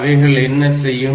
அவைகள் என்ன செய்யும்